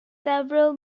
several